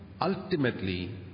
Ultimately